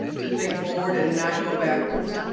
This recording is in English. to think forward and not go backwards.